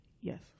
Yes